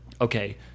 okay